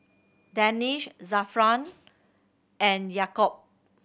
Danish Zafran and Yaakob